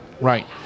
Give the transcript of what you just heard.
Right